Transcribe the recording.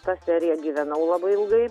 ta serija gyvenau labai ilgai